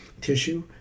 tissue